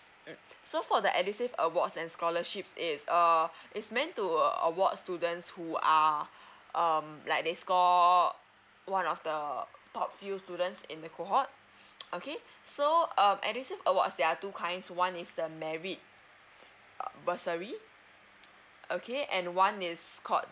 mm so for the edusave awards and scholarships it's err it's meant to err award students who are um like they score one of the top few students in the cohort okay so um edusave award there are two kinds one is the merit uh bursary okay and one is called